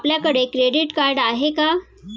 आपल्याकडे credit card आहे का?